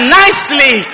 nicely